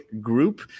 group